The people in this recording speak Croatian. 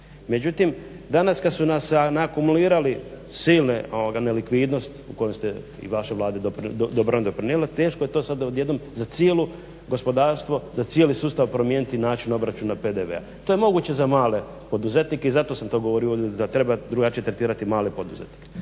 međutim danas kada su nam se naakumulirale silne nelikvidnost u kojem ste i vaša vlada dobro doprinijela teško je to sada odjednom za cijelo gospodarstvo za cijeli sustav promijeniti način obračuna PDV-a. to je moguće za male poduzetnike i zato sam to govorio da treba drugačije tretirati male poduzetnike.